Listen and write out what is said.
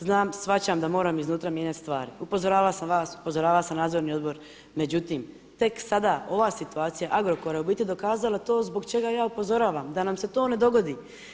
Znam, shvaćam da moram iznutra mijenjati stvari, upozoravala sam vas, upozoravala sam nadzorni odbor, međutim, tek sada ova situacija Agrokora je u biti dokazala to zbog čega ja upozoravam da nam se to ne dogodi.